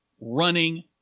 running